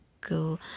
go